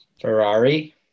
Ferrari